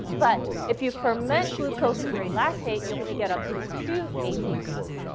but if you ferment glucose into lactate, you only get up to two atps.